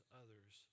others